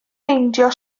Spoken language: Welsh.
meindio